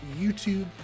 YouTube